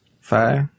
Five